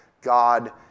God